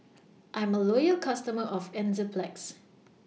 I'm A Loyal customer of Enzyplex